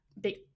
big